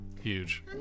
huge